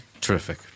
Terrific